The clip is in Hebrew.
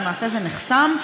למעשה זה נחסם.